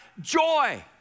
Joy